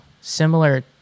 similar